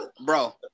bro